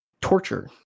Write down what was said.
torture